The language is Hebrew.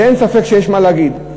ואין ספק שיש מה להגיד,